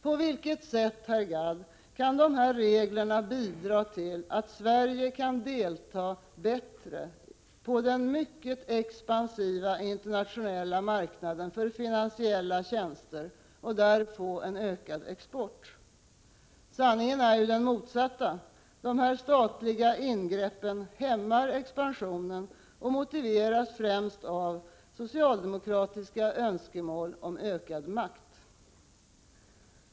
På vilket sätt, herr Gadd, kan dessa regler bidra till att Sverige kan delta bättre på den mycket expansiva internationella marknaden för finansiella tjänster och där få en ökad export? Sanningen är ju den motsatta, dessa statliga ingrepp hämmar expansionen och motiveras främst av socialdemokratiska önskemål om ökad makt.